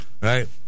Right